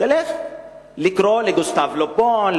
תלך לקרוא את גוסטב לה בון,